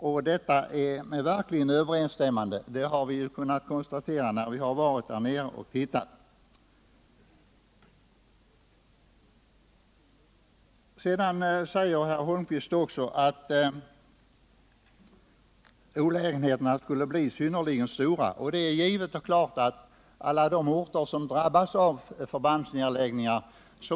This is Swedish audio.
Att detta verkligen är med sanningen överensstämmande har vi kunnat konstatera när vi varit nere på platsen och studerat förhållandena. Herr Holmqvist säger också att olägenheterna med en förbandsnedläggning skulle bli synnerligen stora. Det är givet att det blir bekymmer och problem på alla orter som drabbas av sådana nedläggningar.